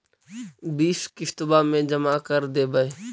बिस किस्तवा मे जमा कर देवै?